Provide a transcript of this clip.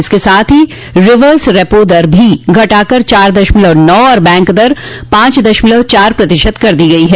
इसके साथ ही रिवर्स रेपो दर भी घटा कर चार दशमलव नौ और बैंक दर पांच दशमलव चार प्रतिशत कर दी गई है